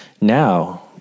Now